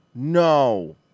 no